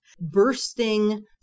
Bursting